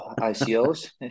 ICOs